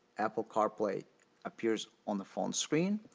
apple carplay appears on the phone screen.